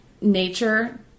nature